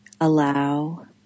allow